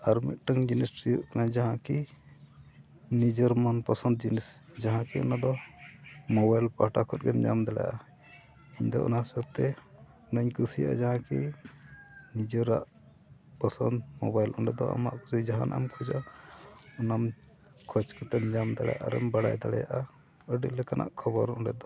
ᱟᱨ ᱢᱤᱫᱴᱟᱝ ᱡᱤᱱᱤᱥ ᱦᱩᱭᱩᱜ ᱠᱟᱱᱟ ᱡᱟᱦᱟᱸ ᱠᱤ ᱱᱤᱡᱮᱨ ᱢᱚᱱ ᱯᱟᱥᱚᱱᱫ ᱡᱤᱱᱤᱥ ᱡᱟᱦᱟᱸ ᱠᱤ ᱚᱱᱟ ᱫᱚ ᱢᱳᱵᱟᱭᱤᱞ ᱯᱟᱦᱴᱟ ᱠᱷᱚᱱ ᱜᱮᱢ ᱧᱟᱢ ᱫᱟᱲᱮᱭᱟᱜᱼᱟ ᱤᱧᱫᱚ ᱚᱱᱟ ᱦᱤᱥᱟᱹᱵᱽ ᱛᱮ ᱚᱱᱟᱧ ᱠᱩᱥᱤᱭᱟᱜᱼᱟ ᱡᱟᱦᱟᱸ ᱠᱤ ᱱᱤᱡᱮᱨᱟᱜ ᱯᱚᱥᱚᱱᱫ ᱢᱳᱵᱟᱭᱤᱞ ᱚᱸᱰᱮ ᱫᱚ ᱟᱢᱟᱜ ᱠᱩᱥᱤ ᱡᱟᱦᱟᱱᱟᱜ ᱮᱢ ᱠᱷᱚᱡᱟ ᱚᱱᱟᱢ ᱠᱷᱚᱡ ᱠᱟᱛᱮᱢ ᱧᱟᱢ ᱫᱟᱲᱮᱭᱟᱜᱼᱟ ᱟᱨᱮᱢ ᱵᱟᱲᱟᱭ ᱫᱟᱲᱮᱭᱟᱜᱼᱟ ᱟᱹᱰᱤ ᱞᱮᱠᱟᱱᱟᱜ ᱠᱷᱚᱵᱚᱨ ᱚᱸᱰᱮ ᱫᱚ